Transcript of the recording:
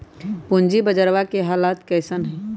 पूंजी बजरवा के हालत कैसन है?